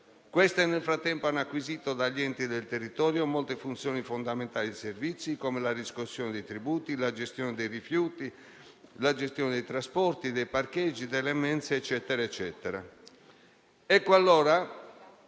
Queste nel frattempo hanno acquisito dagli enti del territorio molte funzioni fondamentali nei servizi, come la riscossione dei tributi e la gestione dei rifiuti, dei trasporti, dei parcheggi, delle mensa, eccetera. Ecco allora